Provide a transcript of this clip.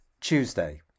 Tuesday